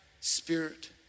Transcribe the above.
spirit